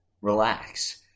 Relax